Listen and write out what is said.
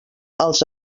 als